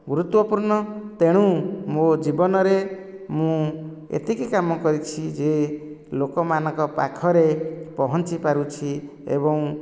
ଗୁରୁତ୍ତ୍ୱପୂର୍ଣ୍ଣ ତେଣୁ ମୋ ଜୀବନରେ ମୁଁ ଏତିକି କାମ କରିଛି ଯେ ଲୋକମାନଙ୍କ ପାଖରେ ପହଞ୍ଚି ପାରୁଛି ଏବଂ